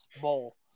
bowl